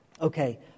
Okay